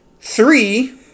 three